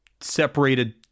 separated